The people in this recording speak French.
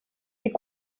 est